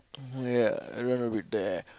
ya I ran a bit there